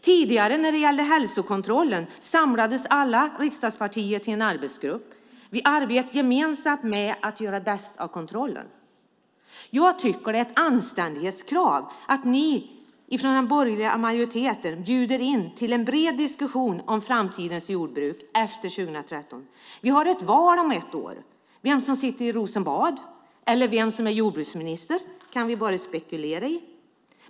Tidigare, när det gällde hälsokontrollen, samlades alla riksdagspartier till en arbetsgrupp. Vi arbetade gemensamt med att göra det bästa av kontrollen. Jag tycker att det är ett anständighetskrav att ni i den borgerliga majoriteten bjuder in till en bred diskussion om framtidens jordbruk efter 2013. Vi har ett val om ett år. Vem som kommer att sitta i Rosenbad och vem som kommer att vara jordbruksminister kan vi bara spekulera i.